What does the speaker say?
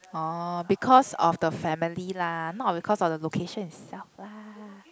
oh because of the family lah not because of the location itself lah